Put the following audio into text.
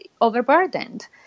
overburdened